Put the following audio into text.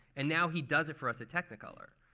and now he does it for us at technicolor.